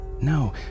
No